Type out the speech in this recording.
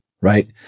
Right